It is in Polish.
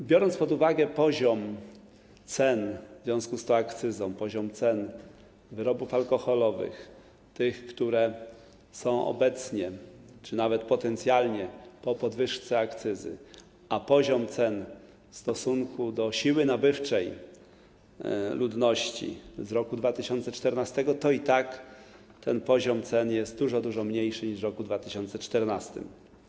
Jeżeli weźmiemy pod uwagę poziom cen w związku z tą akcyzą, poziom cen wyrobów alkoholowych, tych, które są obecnie czy nawet potencjalnie po podwyżce akcyzy, i poziom cen w stosunku do siły nabywczej ludności w 2014 r., to i tak ten poziom cen jest dużo, dużo niższy niż w 2014 r.